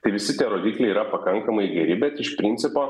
tai visi tie rodikliai yra pakankamai geri bet iš principo